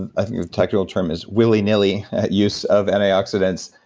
and i think the technical term is willy nilly use of antioxidants.